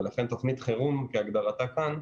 ולכן אני לא מכיר תוכנית חירום כהגדרתה כאן,